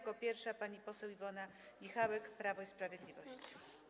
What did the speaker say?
Jako pierwsza pani poseł Iwona Michałek, Prawo i Sprawiedliwość.